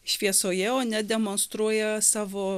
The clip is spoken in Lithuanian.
šviesoje o ne demonstruoja savo